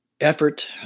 effort